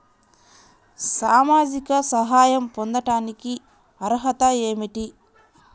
సామాజిక సహాయం పొందటానికి అర్హత ఏమిటి?